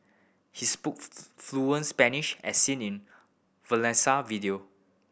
he spoke fluent Spanish as seen in Valencia video